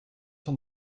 sont